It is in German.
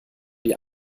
die